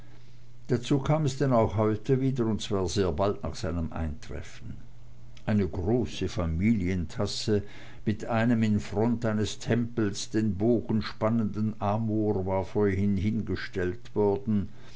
dazu kam es denn auch heute wieder und zwar sehr bald nach seinem eintreffen eine große familientasse mit einem in front eines tempels den bogen spannenden amor war vor ihn hingestellt worden